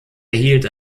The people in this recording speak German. erhielt